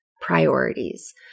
priorities